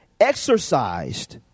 exercised